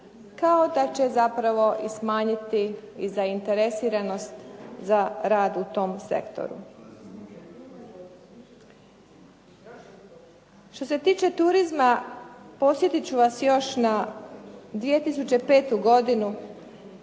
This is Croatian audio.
kao da će zapravo i smanjiti i zainteresiranost za rad u tom sektoru. Što se tiče turizma, podsjetit ću vas još na 2005. godinu,